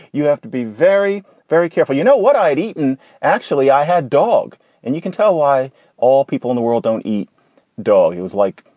you have to be very, very careful. you know what i'd eat? and actually, i had a dog and you can tell why all people in the world don't eat dog. he was like,